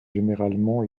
généralement